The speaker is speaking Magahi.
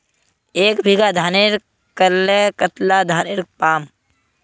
एक बीघा धानेर करले कतला धानेर पाम?